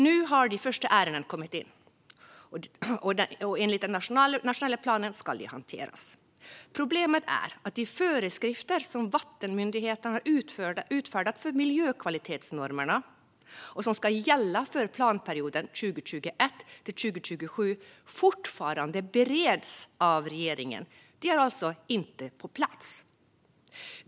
Nu har de första ärendena kommit in, och enligt den nationella planen ska de hanteras. Problemet är att de föreskrifter som vattenmyndigheterna har utfärdat för miljökvalitetsnormerna och som ska gälla för planperioden 2021-2027 fortfarande bereds av regeringen. De är alltså inte på plats.